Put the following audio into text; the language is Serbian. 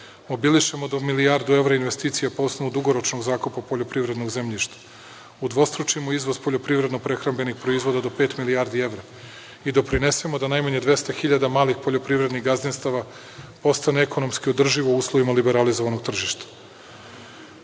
mobilišemo do milijardu evra investicija po osnovu dugoročnog zakupa poljoprivrednog zemljišta, udvostručimo izvoz poljoprivredno-prehrambenih proizvoda do pet milijardi evra i doprinesemo da najmanje 200.000 malih poljoprivrednih gazdinstava postane ekonomski održivo u uslovima liberalizovanog